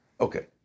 Okay